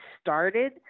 started